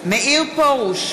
מאיר פרוש,